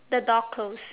the door closed